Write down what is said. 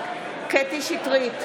קטרין שטרית,